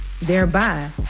thereby